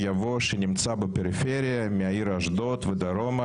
יבוא "שיחולו בלא יותר ממחצית מהמחלקות והאגפים בבית החולים".